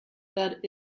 that